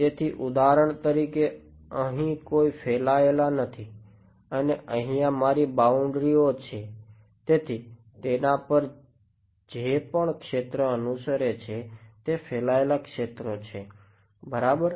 તેથી ઉદાહરણ તરીકે અહી કોઈ ફેલાયેલા નથી અને અહિયા મારી બાઉન્ડ્રી ઓ છે તેથી તેના પર જે પણ ક્ષેત્રો અનુસરે છે તે ફેલાયેલા ક્ષેત્રો છે બરાબર